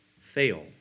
fail